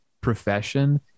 profession